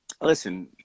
listen